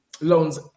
Loan's